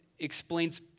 explains